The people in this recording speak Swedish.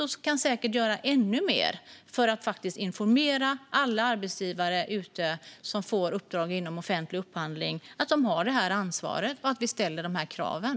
Den kan säkert göra ännu mer för att informera alla arbetsgivare som får uppdrag inom offentlig upphandling att de har det ansvaret och att vi ställer de kraven.